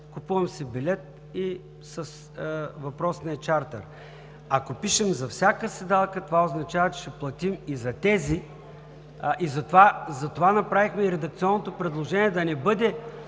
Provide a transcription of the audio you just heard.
купувам си билет и с въпросния чартър. Ако пишем „за всяка седалка“, това означава, че ще платим и за тези… (Шум и реплики.) Затова направихме и редакционното предложение: да не бъде